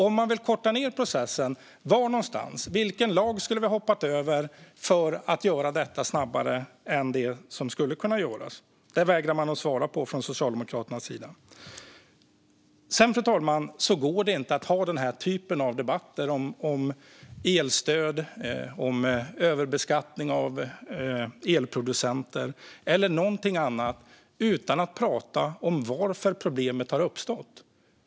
Om man vill korta ned processen - var någonstans, och vilken lag skulle vi ha hoppat över för att göra detta snabbare än vad det gjordes? Det vägrar man att svara på från Socialdemokraternas sida. Fru talman! Det går inte att ha den här typen av debatter om elstöd, om överbeskattning av elproducenter eller om någonting annat utan att prata om varför problemet har uppstått.